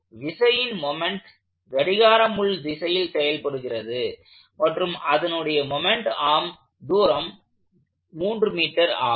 விசையின் மொமெண்ட் கடிகார முள் திசையில் செயல்படுகிறது மற்றும் அதனுடைய மொமெண்ட் ஆர்ம் தூரம் 3m ஆகும்